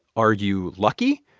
are you lucky?